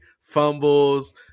fumbles